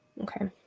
Okay